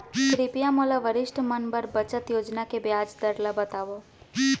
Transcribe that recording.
कृपया मोला वरिष्ठ मन बर बचत योजना के ब्याज दर ला बतावव